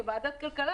כוועדת כלכלה,